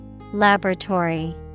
Laboratory